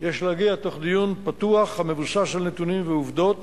יש להגיע תוך דיון פתוח המבוסס על נתונים ועובדות